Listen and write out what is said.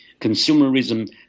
consumerism